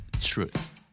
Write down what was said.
truth